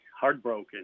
heartbroken